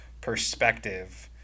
perspective